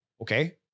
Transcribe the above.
Okay